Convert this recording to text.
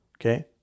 Okay